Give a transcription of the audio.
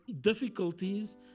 difficulties